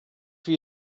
for